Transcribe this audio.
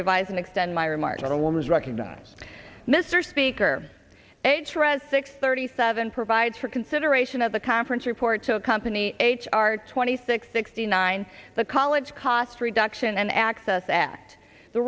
revise and extend my remarks on a woman's recognize mr speaker a jurist six thirty seven provides for consideration at the conference report to accompany h r twenty six sixty nine the college cost reduction and access act the